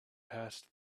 past